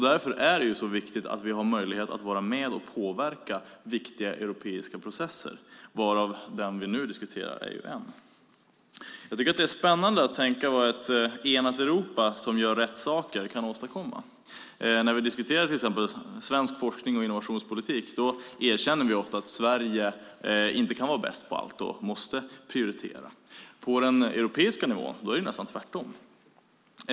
Därför är det så viktigt att vi har möjlighet att vara med och påverka viktiga europeiska processer, varav den vi nu diskuterar är en. Jag tycker att det är spännande att tänka sig vad ett enat Europa som gör rätt saker kan åstadkomma. När vi diskuterar till exempel svensk forsknings och innovationspolitik erkänner vi ofta att Sverige inte kan vara bäst på allt och måste prioritera. På den europeiska nivån är det nästan tvärtom.